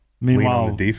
meanwhile